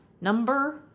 Number